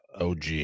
OG